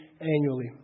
annually